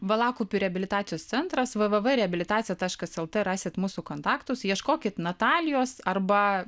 valakupių reabilitacijos centras v v v reabilitacija taškas lt rasite mūsų kontaktus ieškokit natalijos arba